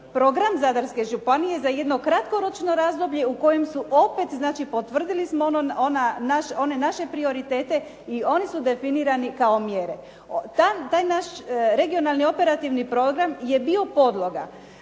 program Zadarske županije za jedno kratkoročno razdoblje u kojem su opet, znači potvrdili smo one naše prioritete i oni su definirani kao mjere. Taj naš Regionalni operativni program je bio podloga